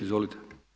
Izvolite.